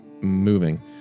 moving